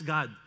God